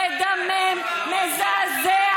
מדמם, מזעזע.